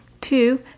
Two